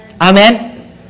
Amen